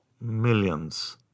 Millions